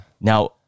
Now